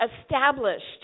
established